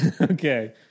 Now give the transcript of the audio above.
Okay